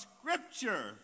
Scripture